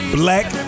black